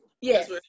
Yes